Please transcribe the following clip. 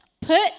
Put